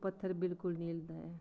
पत्थर बिल्कुल निं हिलदा ऐ